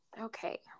Okay